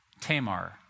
Tamar